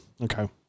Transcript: Okay